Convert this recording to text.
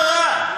מה רע?